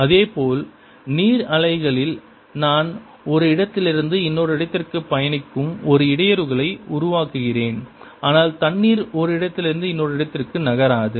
இதேபோல் நீர் அலைகளில் நான் ஒரு இடத்திலிருந்து இன்னொரு இடத்திற்கு பயணிக்கும் ஒரு இடையூறுகளை உருவாக்குகிறேன் ஆனால் தண்ணீர் ஒரு இடத்திலிருந்து இன்னொரு இடத்திற்கு நகராது